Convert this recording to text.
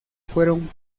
fueron